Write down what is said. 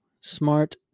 Smart